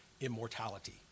immortality